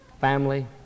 family